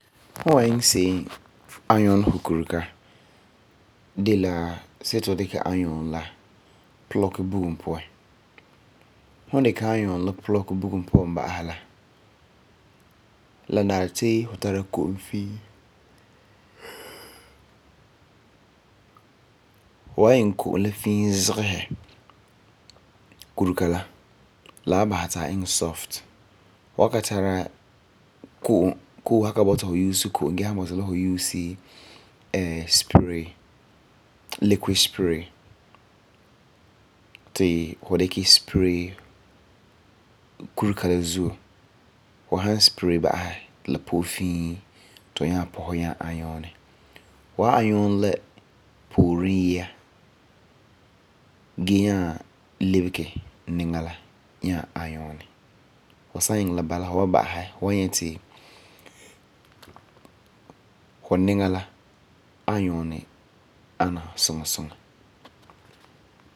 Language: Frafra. Fu wan iŋɛ seem ironi fu kurega de la see ti fu dikɛ iron la plugi bugum puan. Fu dikɛ iron la plug bugum puan ba'asɛ la, la nari ti fu tara koom fii. Fu wan iŋɛ ko'om la fii zigesɛ kurega la, la wan basɛ ti a iŋɛ soft. Hu san ka tara ko'om gee san bɔna la fu use liquid spray ri fu dikɛ spray kurega la zuo. Hu san spray ba'asɛ ti la po'e fii ti fu nyaa ironi. Fu san iŋɛ la bala, hu wan ba'asɛ, hu wan nyɛ ti hu niŋa la ironi ana suŋa suŋa.